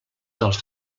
dels